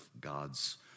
God's